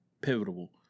pivotal